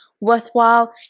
worthwhile